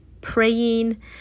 praying